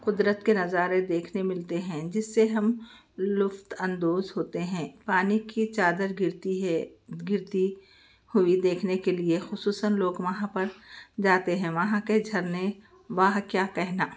قدرت کے نظارے دیکھنے ملتے ہیں جس سے ہم لطف اندوز ہوتے ہیں پانی کی چادر گرتی ہے گرتی ہوئی دیکھنے کے لئے خصوصاً لوگ وہاں پر جاتے ہیں وہاں کے جھرنے واہ کیا کہنا